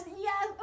yes